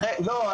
לא.